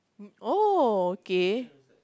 oh okay